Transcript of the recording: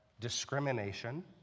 discrimination